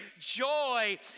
joy